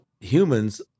humans